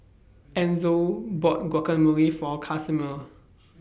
Enzo bought Guacamole For Casimir